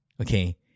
okay